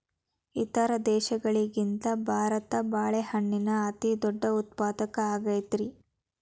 ಇತರ ದೇಶಗಳಿಗಿಂತ ಭಾರತ ಬಾಳೆಹಣ್ಣಿನ ಅತಿದೊಡ್ಡ ಉತ್ಪಾದಕ ಆಗೈತ್ರಿ